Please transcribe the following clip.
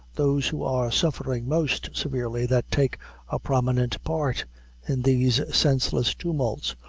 those who are suffering most severely that take a prominent part in these senseless tumults,